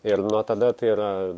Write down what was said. ir nuo tada tai yra